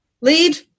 lead